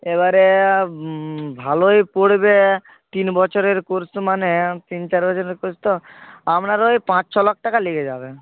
এবারে ভালোই পড়বে তিন বছরের কোর্স মানে তিন চার বছরের কোর্স তো আপনার ওই পাঁচ ছলাখ টাকা লেগে যাবে